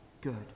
good